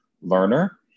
learner